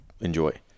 enjoy